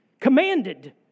Commanded